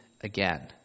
again